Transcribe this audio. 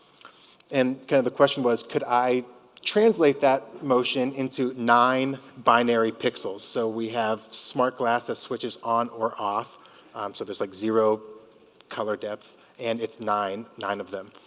and kind of the question was could i translate that motion into nine binary pixels so we have smart glasses switches on or off so there's like zero color depth and it's nine nine of them